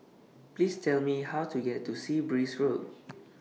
Please Tell Me How to get to Sea Breeze Road